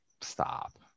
stop